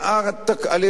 החוק.